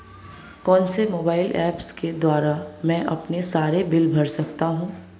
कौनसे mobile apps के द्वारा मैं अपने सारे बिल भर सकता हूं?